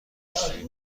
خشکشویی